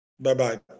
Bye-bye